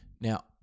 Now